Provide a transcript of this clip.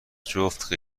جفت